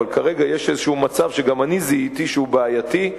אבל כרגע יש איזה מצב שגם אני זיהיתי שהוא בעייתי.